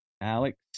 Alex